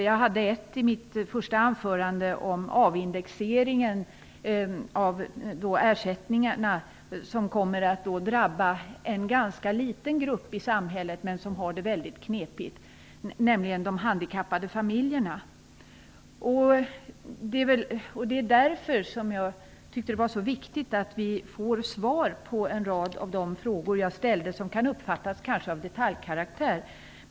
Jag tog i mitt första anförande som exempel avindexeringen av ersättningarna som kommer att drabba en ganska liten grupp i samhället som har det väldigt knepigt, nämligen de handikappade familjerna. Det är därför som jag tycker att det är viktigt att vi får svar på en rad av de frågor som jag ställde och som kanske kan synas vara av detaljkaraktär.